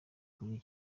kuri